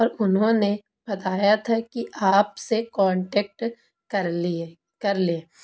اور انہوں نے بتایا تھا کہ آپ سے کانٹیکٹ کر لیے کر لیں